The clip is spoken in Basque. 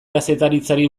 kazetaritzari